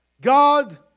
God